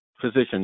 physician